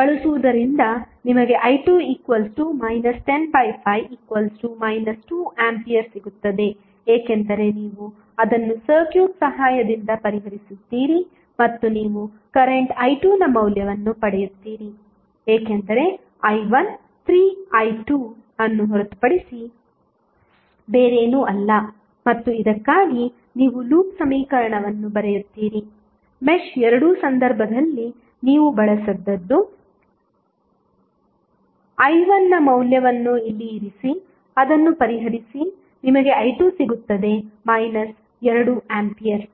ಬಳಸುವುದರಿಂದ ನಿಮಗೆ i2 105 2A ಸಿಗುತ್ತದೆ ಏಕೆಂದರೆ ನೀವು ಅದನ್ನು ಸರ್ಕ್ಯೂಟ್ ಸಹಾಯದಿಂದ ಪರಿಹರಿಸುತ್ತೀರಿ ಮತ್ತು ನೀವು ಕರೆಂಟ್ i2ನ ಮೌಲ್ಯವನ್ನು ಪಡೆಯುತ್ತೀರಿ ಏಕೆಂದರೆ i1 3i2 ಅನ್ನು ಹೊರತುಪಡಿಸಿ ಬೇರೇನೂ ಅಲ್ಲ ಮತ್ತು ಇದಕ್ಕಾಗಿ ನೀವು ಲೂಪ್ ಸಮೀಕರಣವನ್ನು ಬರೆಯುತ್ತೀರಿ ಮೆಶ್ ಎರಡು ಸಂದರ್ಭದಲ್ಲಿ ನೀವು ಬಳಸಿದದ್ದು i1 ನ ಮೌಲ್ಯವನ್ನು ಇಲ್ಲಿ ಇರಿಸಿ ಅದನ್ನು ಪರಿಹರಿಸಿ ನಿಮಗೆ i2 ಸಿಗುತ್ತದೆ 2 ಆಂಪಿಯರ್